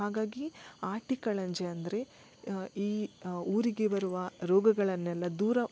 ಹಾಗಾಗಿ ಆಟಿಕಳಂಜ ಅಂದರೆ ಈ ಊರಿಗೆ ಬರುವ ರೋಗಗಳನ್ನೆಲ್ಲ ದೂರ